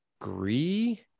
agree